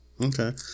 Okay